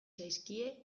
zaizkie